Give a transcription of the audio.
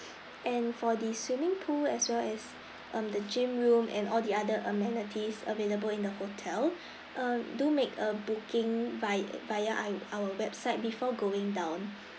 and for the swimming pool as well as um the gym room and all the other amenities available in the hotel uh do make a booking vi~ via I our website before going down